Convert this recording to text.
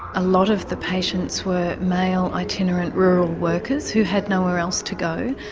a lot of the patients were male itinerant rural workers who had nowhere else to go.